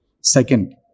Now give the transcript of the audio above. Second